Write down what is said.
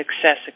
Success